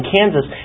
Kansas